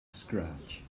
scratch